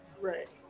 Right